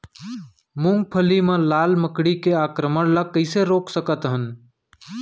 मूंगफली मा लाल मकड़ी के आक्रमण ला कइसे रोक सकत हन?